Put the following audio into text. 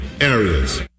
areas